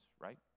right